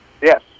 Yes